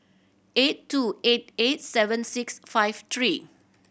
eight two eight eight seven six five three